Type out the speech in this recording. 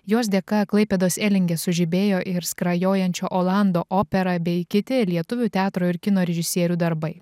jos dėka klaipėdos elinge sužibėjo ir skrajojančio olando opera bei kiti lietuvių teatro ir kino režisierių darbai